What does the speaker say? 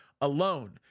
alone